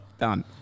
Done